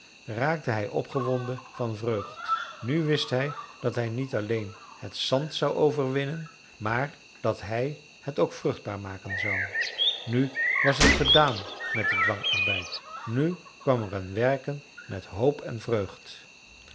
raakte hij opgewonden van vreugd nu wist hij dat hij niet alleen het zand zou overwinnen maar dat hij het ook vruchtbaar maken zou nu was het gedaan met den dwangarbeid nu kwam er een werken met hoop en vreugd